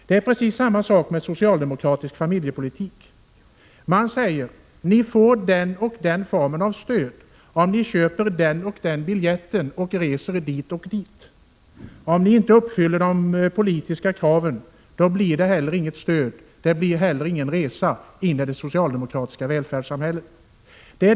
Det är precis likadant med socialdemokratisk familjepolitik. Man säger: Ni får den och den formen av stöd om ni köper den och den biljetten och reser dit och dit. Om man inte uppfyller de politiska kraven, blir det heller inget stöd i det socialdemokratiska välfärdssamhället.